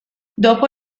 dopo